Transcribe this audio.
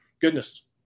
goodness